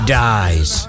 dies